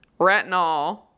retinol